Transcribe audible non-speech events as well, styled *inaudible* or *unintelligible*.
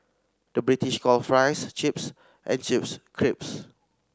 the British calls fries chips and chips *unintelligible*